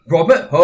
Robert